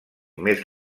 més